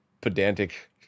pedantic